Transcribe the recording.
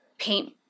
Paint